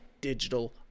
digital